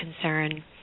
concern